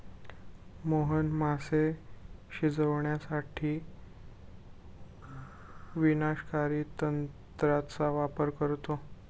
मोहन मासे शिजवण्यासाठी विनाशकारी तंत्राचा वापर करतो